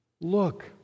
Look